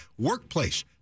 workplace